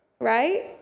right